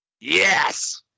Yes